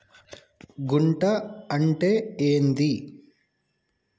గుంట అంటే ఏంది?